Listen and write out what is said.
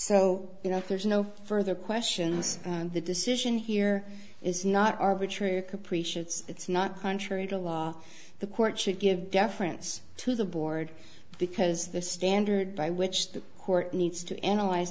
so you know there's no further questions the decision here is not arbitrary capricious it's not contrary to law the court should give deference to the board because the standard by which the court needs to analyze